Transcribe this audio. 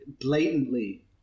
blatantly